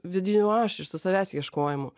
vidiniu aš ir su savęs ieškojimu